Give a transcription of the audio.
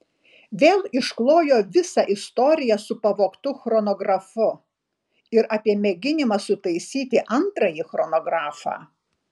vėl išklojo visą istoriją su pavogtu chronografu ir apie mėginimą sutaisyti antrąjį chronografą